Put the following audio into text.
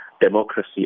democracy